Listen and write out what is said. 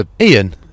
Ian